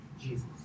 Jesus